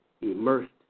immersed